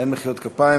אין מחיאות כפיים,